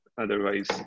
Otherwise